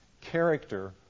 character